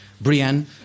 Brienne